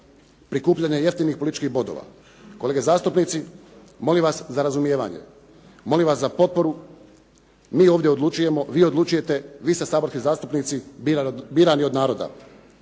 prikupljanje jeftinih političkih bodova. Kolege zastupnici, molim vas za razumijevanje, molim vas za potporu. Mi ovdje odlučujemo, vi odlučujete, vi ste saborski zastupnici birani od naroda.